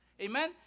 Amen